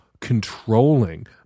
controlling